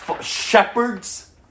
shepherds